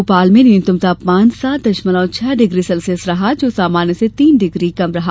भोपाल में न्यूनतम तापमान सात दशमलव छह डिग्री सेल्सियस रहा जो सामान्य से तीन डिग्री कम रहा